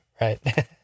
Right